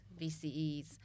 VCEs